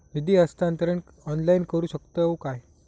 निधी हस्तांतरण ऑनलाइन करू शकतव काय?